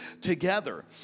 together